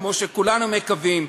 כמו שכולנו מקווים,